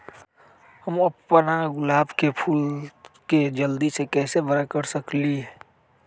हम अपना गुलाब के फूल के जल्दी से बारा कईसे कर सकिंले?